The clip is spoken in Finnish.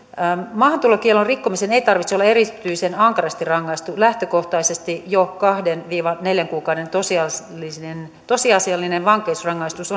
maahantulokiellon rikkomisen ei tarvitse olla erityisen ankarasti rangaistu lähtökohtaisesti jo kahden viiva neljän kuukauden tosiasiallinen tosiasiallinen vankeusrangaistus